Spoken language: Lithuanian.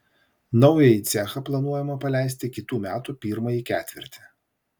naująjį cechą planuojama paleisti kitų metų pirmąjį ketvirtį